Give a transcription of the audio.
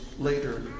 Later